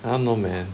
I don't know man